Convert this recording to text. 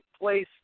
place